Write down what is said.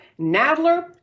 Nadler